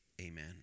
Amen